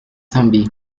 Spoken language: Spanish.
zombie